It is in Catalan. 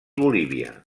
bolívia